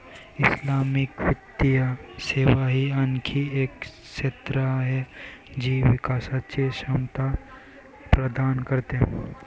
Islamic वित्तीय सेवा ही आणखी एक क्षेत्र आहे जी विकासची क्षमता प्रदान करते